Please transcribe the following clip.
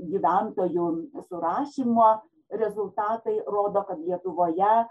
gyventojų surašymo rezultatai rodo kad lietuvoje